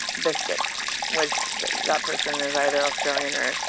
biscuits. which that person is either australian or